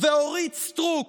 ואורית סטרוק